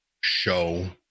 show